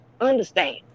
Understand